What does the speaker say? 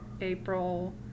April